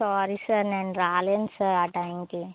sorry sir నేను రాలేను sir ఆ టైమ్ కి